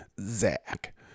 Zach